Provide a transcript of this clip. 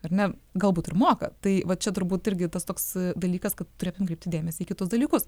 ar ne galbūt ir moka tai va čia turbūt irgi tas toks dalykas kad turėtum kreipti dėmesį į kitus dalykus